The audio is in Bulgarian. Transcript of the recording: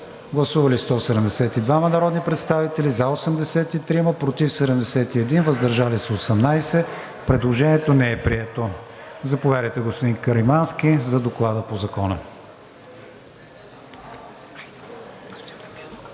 Прегласуване. Гласували 172 народни представители: за 83, против 71, въздържали се 18. Предложението не е прието. Заповядайте, господин Каримански, за Доклада по Закона.